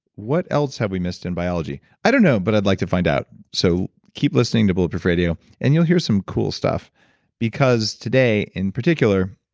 what else have we missed in biology? i don't know but i'd like to find out. so keep listening to bulletproof radio and you'll hear some cool stuff because today in particular,